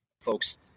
folks